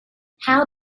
how